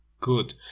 good